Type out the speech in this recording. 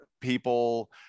people